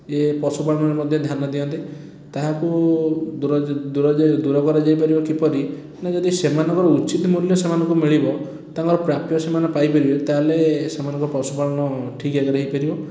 ଇଏ ପଶୁପାଳନରେ ମଧ୍ୟ ଧ୍ୟାନ ଦିଅନ୍ତେ ତାହାକୁ ଦୂର ଯେ ଦୂର ଯେ ଦୂର କରାଯାଇ ପାରିବ କିପରି ନା ଯଦି ସେମାନଙ୍କ ଉଚିତ୍ ମୁଲ୍ୟ ସେମାନଙ୍କୁ ମିଳିବ ତାଙ୍କର ପ୍ରାପ୍ୟ ସେମାନେ ପାଇ ପାରିବେ ତା'ହେଲେ ସେମାନଙ୍କ ପଶୁପାଳନ ଠିକ୍ ଯାଗାରେ ହେଇପାରିବ